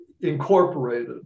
incorporated